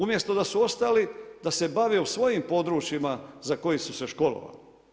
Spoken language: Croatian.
Umjesto da su ostali da se bave u svojim područjima za koji su se školovali.